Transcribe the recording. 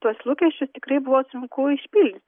tuos lūkesčius tikrai buvo sunku išpildyt